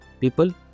people